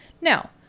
Now